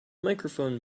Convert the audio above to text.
microphone